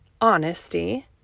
honesty